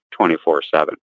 24-7